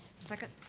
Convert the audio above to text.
second.